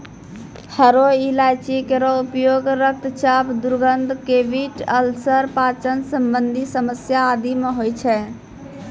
हरो इलायची केरो उपयोग रक्तचाप, दुर्गंध, कैविटी अल्सर, पाचन संबंधी समस्या आदि म होय छै